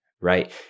right